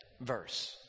verse